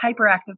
hyperactive